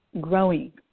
growing